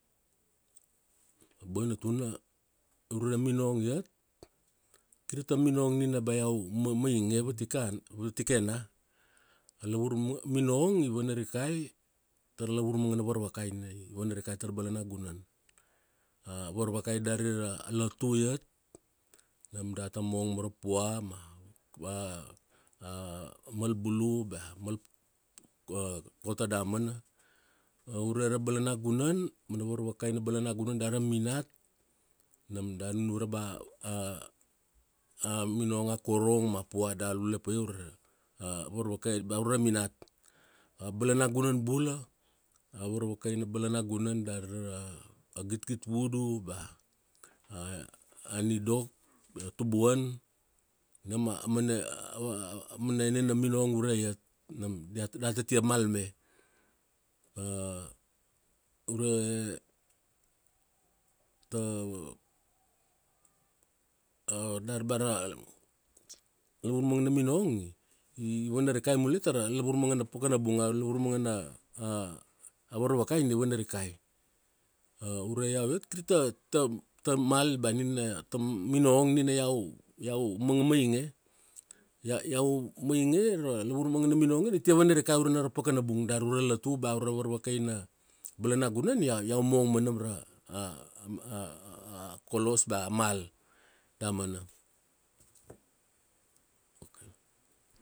Boina tuna, ure ra minong iat, kir ta minong nina ba iau mamainge vatikai, vatikena. A lavur mino-minong i vana rikai tara lavur mangana varvakai na i vana rikai tara balanagunan. A varvakai dari ra latu iat, nam data mong mara pua ma mal bulu bea mal kolta damana. Ure ra balanagunan, mana varvakai na balanaguan dar a minat. Nam da nunure ba a minong a korong ma pua da la ule paia ure ra a varvakai bea ure ra minat. A balanagunan bula, a varvakai na balanagunandari dari ra, a git git vudu bea a nidok, bea tubuan. Nam a mana enena minong ure iat. Nam diat, data tia mal me. Ure ta dar ba da, lavur mangana minong i vana rikai mulai tara lavur mangana pakana bung. A lavur mangana a varvakai ni i vana rikai. Ure iau iat kir ta, ta ta mal ba nina ta minong nina iau iau manga mainge. Ia iau mainge ra lavur mangana minong nia i tia vanarikai ure na ra pakana bung. Dar ure ra latu, ba varvakai na balanagunan, ia iau mong ma nam ra kolos bea mal. Damana.